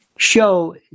show